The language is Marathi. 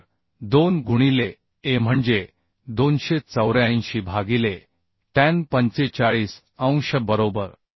तर 2 गुणिले a म्हणजे 284 भागिले टॅन 45 अंश बरोबर